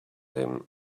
him